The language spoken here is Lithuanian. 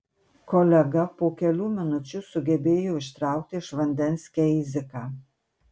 kolega po kelių minučių sugebėjo ištraukti iš vandens keiziką